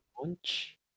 punch